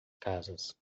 casas